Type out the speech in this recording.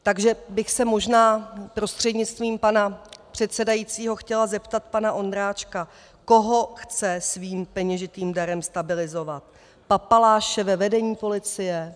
Takže bych se možná prostřednictvím pana předsedajícího chtěla zeptat pana Ondráčka, koho chce svým peněžitým darem stabilizovat papaláše ve vedení policie?